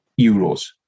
Euros